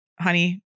Honey